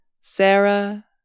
Sarah